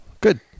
good